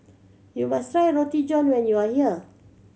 you must try Roti John when you are here